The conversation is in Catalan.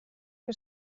que